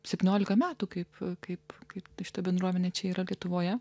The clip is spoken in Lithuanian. septyniolika metų kaip kaip kaip šita bendruomenė čia yra lietuvoje